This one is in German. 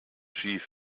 schief